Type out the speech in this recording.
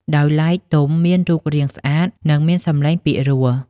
ដោយឡែកទំុមានរូបរាងស្អាត និងមានសំឡេងពីរោះ។